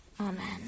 Amen